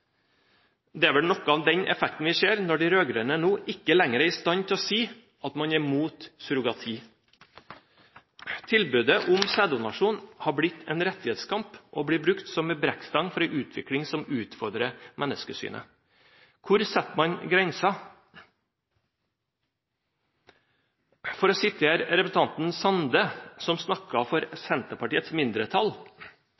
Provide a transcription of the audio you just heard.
Det er vel noe av den effekten vi ser når de rød-grønne nå ikke lenger er i stand til å si at man er imot surrogati. Tilbudet om sæddonasjon har blitt en rettighetskamp og blir brukt som en brekkstang for en utvikling som utfordrer menneskesynet. Hvor setter man grensen? For å sitere representanten Sande, som snakket for